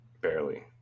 Barely